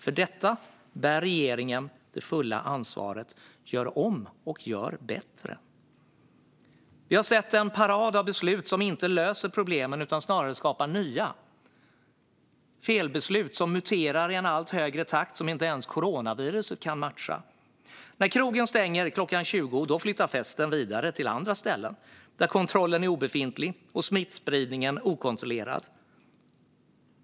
För detta bär regeringen det fulla ansvaret. Gör om och gör bättre! Vi har sett en parad av beslut som inte löser problemen utan snarare skapar nya, felbeslut som muterar i en allt högre takt som inte ens coronaviruset kan matcha. När krogen stänger klockan 20 flyttar festen vidare till andra ställen där kontrollen är obefintlig och smittspridningen okontrollerad.